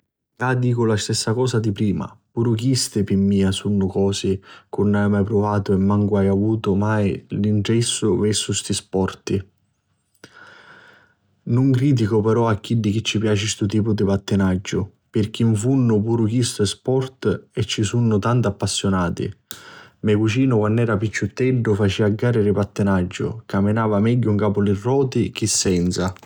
Cca dicu la stessa cosa di prima, puru chisti pi mia sunnu cosi chi nun haiu mai pruvatu e mancu haiu avutu mai ntressu versu sti sporti. Nun criticu però a chiddi chi ci piaci stu tipu di pattinaggiu pirchì 'n funnu puru chistu è sportu e ci sunnu tanti appassiunati. Me cucinu quannu era picciutteddu facia gari di pattinaggiu, caminava megghiu 'n capu li roti chi senza.